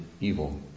evil